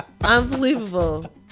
unbelievable